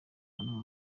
ahantu